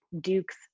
dukes